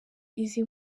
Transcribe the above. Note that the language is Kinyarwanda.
izi